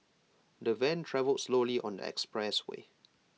the van travelled slowly on the expressway